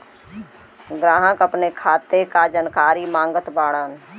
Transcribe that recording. ग्राहक अपने खाते का जानकारी मागत बाणन?